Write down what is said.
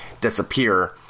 disappear